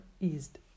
eased